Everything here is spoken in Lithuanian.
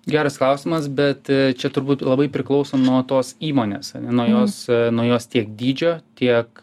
geras klausimas bet čia turbūt labai priklauso nuo tos įmonės ane nuo jos nuo jos tiek dydžio tiek